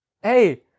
Hey